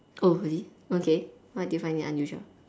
oh really okay how did you find it unusual